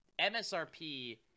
MSRP